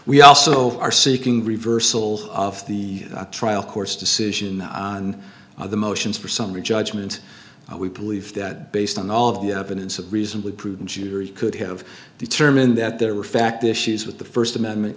we also are seeking reversal of the trial court's decision on the motions for summary judgment we believe that based on all of the evidence of reasonably prudent jury could have determined that there were fact issues with the first amendment